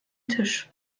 tisch